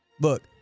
look